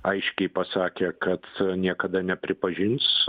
aiškiai pasakė kad niekada nepripažins